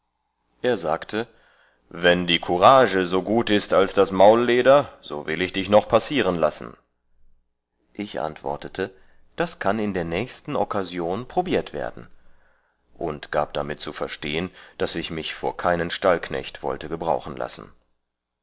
er sagte wann die courage so gut ist als das maulleder so will ich dich noch passieren lassen ich antwortete das kann in der nächsten okkasion probiert werden und gab damit zu verstehen daß ich mich vor keinen stallknecht wollte gebrauchen lassen